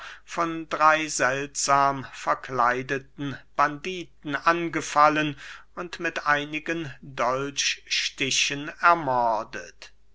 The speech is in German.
von drey seltsam verkleideten banditen angefallen und mit einigen dolchstichen ermordet